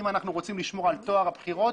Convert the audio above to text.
אם אנחנו רוצים לשמור על טוהר הבחירות,